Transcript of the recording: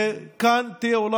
וכאן יהיו,